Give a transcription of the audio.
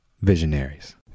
visionaries